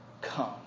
come